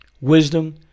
wisdom